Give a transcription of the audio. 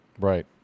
Right